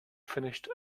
finished